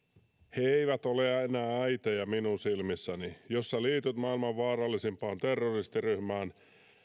he eivät ole enää äitejä minun silmissäni jos sä liityt maailman vaarallisimpaan terroristiryhmään